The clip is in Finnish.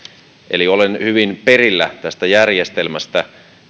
eli olen hyvin perillä tästä järjestelmästä